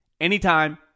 anytime